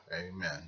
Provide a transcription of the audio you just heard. Amen